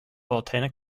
botanic